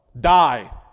Die